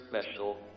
special